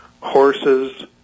Horses